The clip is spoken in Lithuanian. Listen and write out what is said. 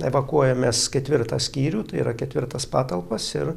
evakuojamės ketvirtą skyrių tai yra ketvirtas patalpas ir